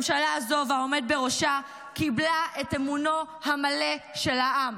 הממשלה הזו והעומד בראשה קיבלה את אמונו המלא של העם.